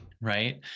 right